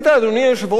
אדוני היושב-ראש,